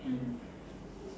mm